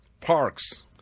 parks